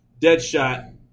Deadshot